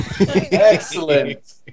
Excellent